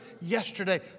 yesterday